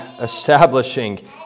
establishing